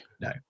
no